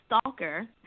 stalker